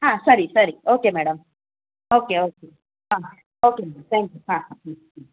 ಹಾಂ ಸರಿ ಸರಿ ಓಕೆ ಮೇಡಮ್ ಓಕೆ ಓಕೆ ಹಾಂ ಓಕೆ ಮೇಡಮ್ ಥ್ಯಾಂಕ್ಯು ಹಾಂ ಹ್ಞೂ ಹ್ಞೂ